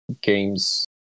games